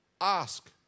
ask